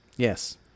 Yes